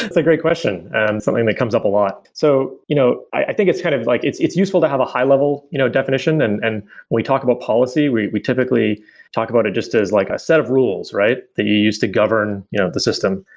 a great question, and something that comes up a lot. so you know i think it's kind of like it's useful to have a high level you know definition, and when and we talk about policy, we we typically talk about it just as like a set of rules, right? they use to govern you know the system.